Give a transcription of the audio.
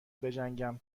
بجنگم